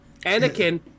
Anakin